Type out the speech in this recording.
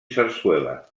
sarsuela